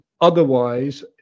otherwise